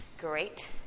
great